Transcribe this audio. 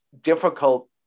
difficult